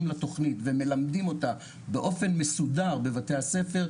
לתכנית ומלמדים אותה באופן מסודר בבתי הספר,